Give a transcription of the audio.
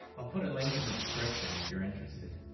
i'll put a link in the description if you're interested.